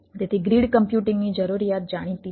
તેથી ગ્રીડ કમ્પ્યુટિંગની જરૂરિયાત જાણીતી છે